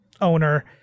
owner